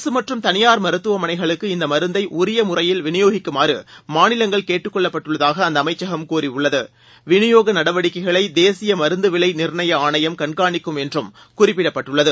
அரசு மற்றும் தனியார் மருத்துவமனைகளுக்கு இந்த மருந்தை உரிய முறையில் விநியோகிக்குமாறு மாநிலங்கள் கேட்டுக்கொள்ளப்பட்டுள்ளதாக அந்த அமைச்சகம் கூறியுள்ளது விநியோக நடவடிக்கைகளை தேசிய மருந்து விலை நிர்னய ஆணையம் கண்காணிக்கும் என்றும் குறிப்பிடப்பட்டுள்ளது